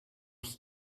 ich